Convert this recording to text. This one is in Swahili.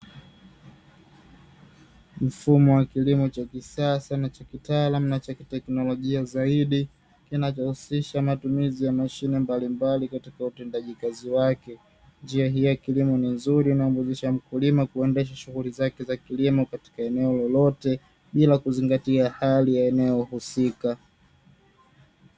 Mfumo wa kilimo cha kisasa na cha kitaalamu na cha kiteknolojia zaidi, kinachohusisha matumizi ya mashine mbalimbali katika utendaji kazi wake. Njia hii ya kilimo ni nzuri na humuwezesha mkulima kuendesha shughuli zake za kilimo katika eneo lolote, bila kuzingatia hali ya eneo husika.